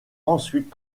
ensuite